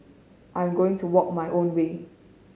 I am going to walk my own way